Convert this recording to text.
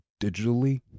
digitally